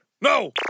No